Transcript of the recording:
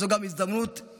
אז זו גם הזדמנות שלי,